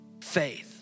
faith